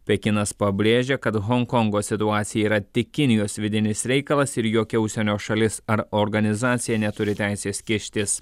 pekinas pabrėžia kad honkongo situacija yra tik kinijos vidinis reikalas ir jokia užsienio šalis ar organizacija neturi teisės kištis